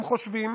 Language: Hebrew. הם חושבים